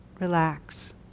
relax